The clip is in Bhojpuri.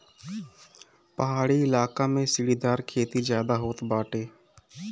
पहाड़ी इलाका में सीढ़ीदार खेती ज्यादा होत बाटे